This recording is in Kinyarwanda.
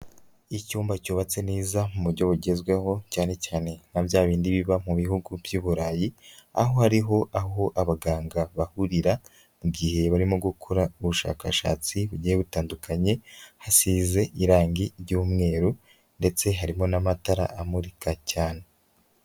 Icyumba cyubatse neza mu buryo bugezweho cyane cyane nka bya bindi biba mu bihugu by'Iburayi aho hariho aho abaganga bahurira mu gihe barimo gukora ubushakashatsi bugiye butandukanye, hasize irangi ry'umweru ndetse harimo n'amatara amurika cyane.